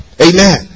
Amen